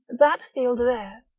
that field there,